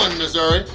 missouri,